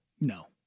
No